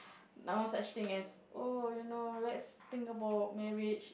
no such thing as oh you know let's think about marriage